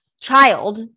child